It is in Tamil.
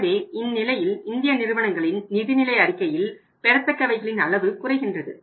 எனவே இந்நிலையில் இந்திய நிறுவனங்களின் நிதி நிலை அறிக்கையில் பெறத்தக்கவைகளின் அளவு குறைகின்றது